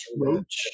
Roach